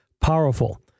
powerful